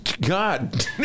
God